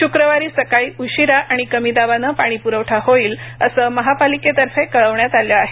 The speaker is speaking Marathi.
श्क्रवारी सकाळी उशिरा आणि कमी दाबाने पाणीप्रवठा होईल असं महापालिकेतर्फे कळवण्यात आलं आहे